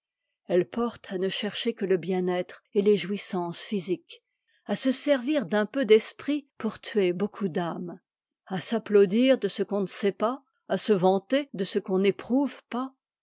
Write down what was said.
elle porte à ne chercher que le bien-être et les jouissances physiques à se servir d'un peu d'esprit pour tuer beaucoup d'âme à s'applaudir de ce qu'on ne sait pas à se vanter de ce qu'on n'éprouve pas